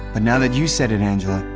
now that you said it, angela,